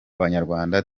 abanyarwanda